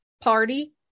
party